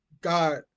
God